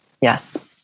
Yes